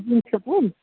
जिन्सको प्यान्ट